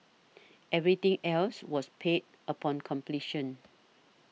everything else was paid upon completion